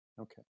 Okay